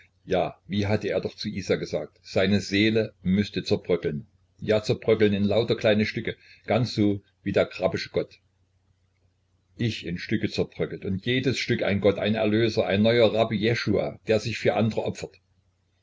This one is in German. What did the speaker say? wie hatte er doch zu isa gesagt seine seele müßte zerbröckeln ja zerbröckeln in lauter kleine stücke ganz so wie der grabbesche gott ich in stücke zerbröckelt und jedes stück ein gott ein erlöser ein neuer rabbi jeschua der sich für andre opfert